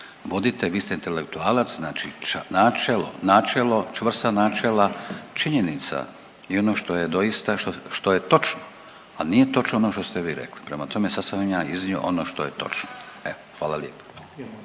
vodite vi ste intelektualac, znači načelo, načelo čvrsta načela činjenica i ono što je doista, što je točno, a nije točno ono što ste vi rekli. Prema tome, sad sam vam ja iznio ono što je točno. Evo, hvala lijepo.